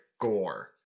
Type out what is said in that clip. gore